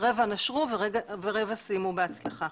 רבע נשרו ורבע סיימו בהצלחה.